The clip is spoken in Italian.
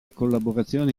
collaborazioni